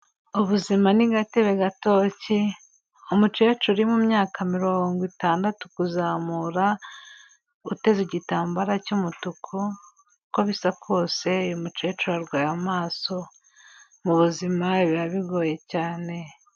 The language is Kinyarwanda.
Ubuzima ni gatebe gatoki, umukecuru uri mu myaka mirongo itandatu kuzamura, uteze igitambara cy'umutuku, uko bisa kose uyu mukecuru arwaye amaso, mu buzima biba bigoye cyane.